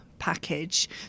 package